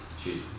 Cheers